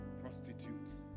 prostitutes